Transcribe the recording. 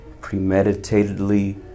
premeditatedly